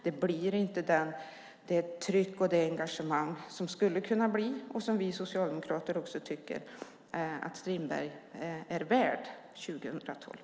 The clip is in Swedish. Det blir inte det tryck och det engagemang som det skulle kunna bli och som vi socialdemokrater tycker att också Strindberg är värd 2012.